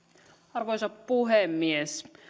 arvoisa puhemies